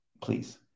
Please